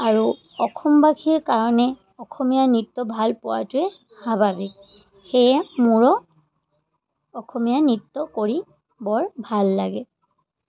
আৰু অসমবাসীৰ কাৰণে অসমীয়া নৃত্য ভাল পোৱাটোৱে স্বাভাৱিক সেয়ে মোৰো অসমীয়া নৃত্য কৰি বৰ ভাল লাগে